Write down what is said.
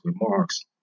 remarks